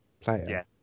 player